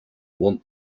want